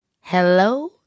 Hello